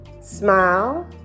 Smile